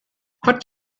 hat